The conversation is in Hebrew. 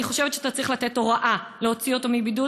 אני חושבת שאתה צריך לתת הוראה להוציא אותו מבידוד.